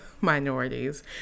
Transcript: Minorities